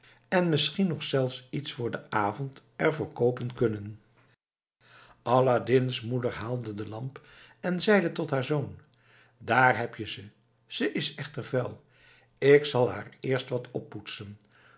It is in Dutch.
en misschien nog zelfs iets voor den avond er voor koopen kunnen aladdin's moeder haalde de lamp en zeide tot haar zoon daar heb je ze ze is echter vuil ik zal haar eerst wat oppoetsen